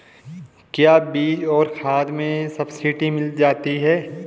क्या बीज और खाद में सब्सिडी मिल जाती है?